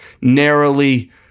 narrowly